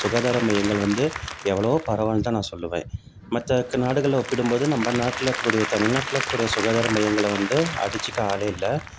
சுகாதார மையங்கள் வந்து எவ்வளோவோ பரவாயில்லன்னு தான் நான் சொல்லுவேன் மற்ற க நாடுகளில் ஒப்பிடும் போது நம்ம நாட்டில் இருக்கக்கூடிய தமிழ்நாட்டுல இருக்கக்கூடிய சுகாதார மையங்களை வந்து அடிச்சுக்க ஆளே இல்லை